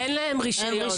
אין להם רשיון.